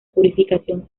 purificación